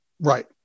Right